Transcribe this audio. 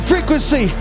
frequency